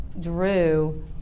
Drew